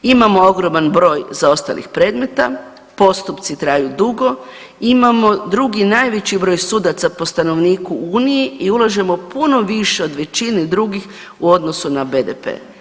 Imamo ogromni broj zaostalih predmeta, postupci traju dugo, imamo drugi najveći broj sudaca po stanovniku u Uniji i ulažemo puno više od većine drugih u odnosu na BDP.